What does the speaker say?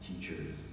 teachers